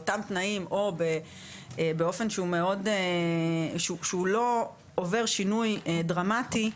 באותם תנאים או באופן שהוא לא עובר שינוי דרמטי,